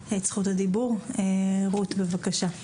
בבקשה.